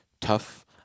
tough